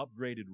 upgraded